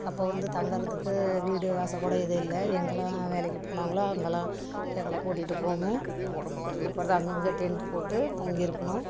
அப்போது வந்து தங்குறதுக்கு வீடு வாசல் கூட எதுவும் இல்லை எங்கேல்லாம் வேலைக்கு போனாங்களோ அங்கேல்லாம் எங்களை கூட்டிட்டு போகணும் கூட்டிட்டு போகிறது அங்கே அங்கே டென்ட்டு போட்டு தங்கி இருக்கணும்